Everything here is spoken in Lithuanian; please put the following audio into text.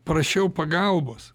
prašiau pagalbos